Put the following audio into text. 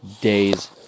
day's